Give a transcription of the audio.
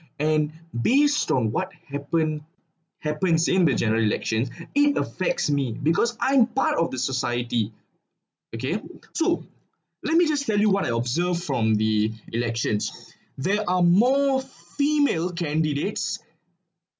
and based on what happen happens in the general election it affects me because I'm part of the society okay so let me just tell you what I observed from the elections there are more female candidates